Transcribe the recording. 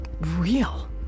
real